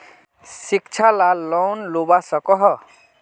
शिक्षा ला लोन लुबा सकोहो?